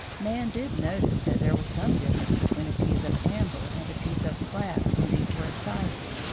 man did notice that there was some difference between a piece of amber and a piece of glass when these were excited.